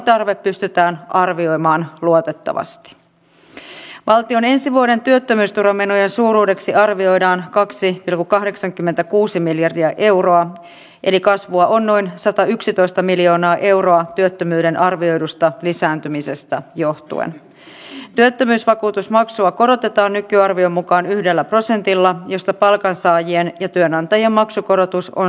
hallitus ei ole millään tavalla huomioinut varhaiskasvatuksen lastensuojelullisia vaikutuksia kuten sitä että nyt sellaiset perheet joissa on noin satayksitoista miljoonaa euroa työttömyyden arvioidusta lisääntymisestä uupumusta tai mielenterveysongelmia voivat saada tukea arkeensa sillä että lapsen päivähoito on